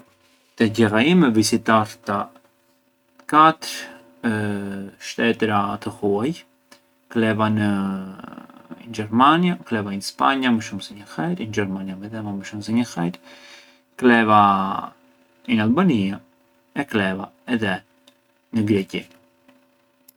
Te gjella ime visitarta katër Shtetëra të huaj, kleva në in Germania, kleva in Spagna më shumë se një herë, in Germania midhema më shumë se një herë, kleva in Albania e kleva edhe në Greqi.